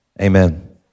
amen